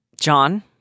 John